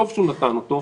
וטוב שהוא נתן אותו,